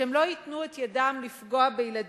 שהם לא ייתנו את ידם לפגוע בילדים,